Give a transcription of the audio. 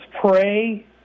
pray